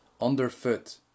underfoot